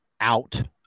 out